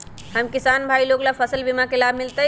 हम किसान भाई लोग फसल बीमा के लाभ मिलतई?